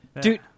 Dude